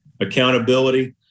accountability